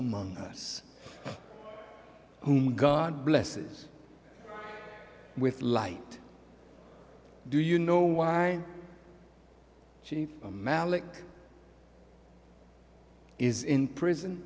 among us whom god blesses with light do you know why she malik is in prison